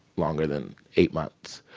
longer than eight months.